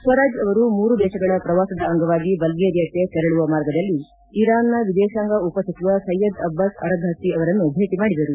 ಸ್ವರಾಜ್ ಅವರು ಮೂರು ದೇಶಗಳ ಪ್ರವಾಸದ ಅಂಗವಾಗಿ ಬಲ್ಗೇರಿಯಾಕ್ಕೆ ತೆರಳುವ ಮಾರ್ಗದಲ್ಲಿ ಇರಾನ್ ನ ವಿದೇಶಾಂಗ ಉಪ ಸಚಿವ ಸಯ್ಯದ್ ಅಬ್ಬಾಸ್ ಅರಗ್ವಾಚಿ ಅವರನ್ನು ಭೇಟಿ ಮಾಡಿದರು